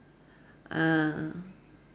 ah